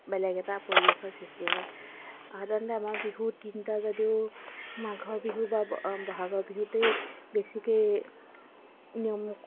বেলেগ এটা পৰিৱেশৰ সৃষ্টি হয় সাধাৰণতে আমাৰ বিহু তিনিটা যদিও মাঘৰ বিহু বা বহাগৰ বিহুতেই বেছিৈ নিয়ম